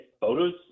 photos